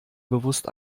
bewusst